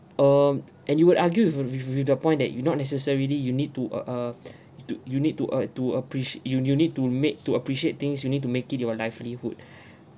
um and you would argue with with with the point that you not necessarily you need to uh err to you need to uh to apprecia~ you you need to make to appreciate things you need to make it your livelihood